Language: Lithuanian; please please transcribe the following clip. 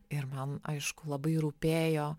ir man aišku labai rūpėjo